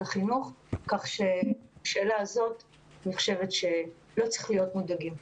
החינוך כך שלגבי השאלה הזאת אני חושבת שלא צריכים להיות מודאגים.